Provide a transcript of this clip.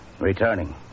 Returning